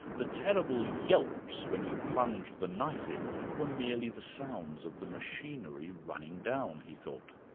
the terrible yelps when you plunged the knife in were merely the sounds of the machinery running down, he thought.